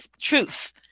truth